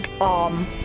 arm